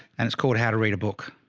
and it's called how to read a book